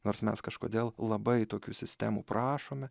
nors mes kažkodėl labai tokių sistemų prašome